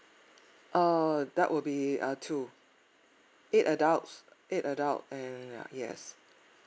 err that would be uh two eight adults eight adult and yes